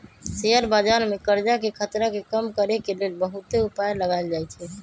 share बजार में करजाके खतरा के कम करए के लेल बहुते उपाय लगाएल जाएछइ